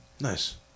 Nice